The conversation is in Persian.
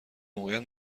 موقعیت